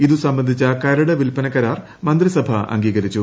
ഇതു സംബന്ധിച്ച കരട് വിൽപ്പനകരാർ മന്ത്രിസഭ അംഗീകരിച്ചു